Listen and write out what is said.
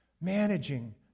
managing